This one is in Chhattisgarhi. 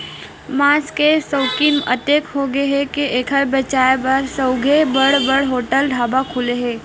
मांस के सउकिन अतेक होगे हे के एखर बेचाए बर सउघे बड़ बड़ होटल, ढाबा खुले हे